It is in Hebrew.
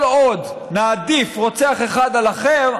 כל עוד נעדיף רוצח אחד על אחר,